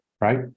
Right